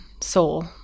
soul